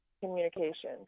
communication